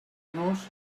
nos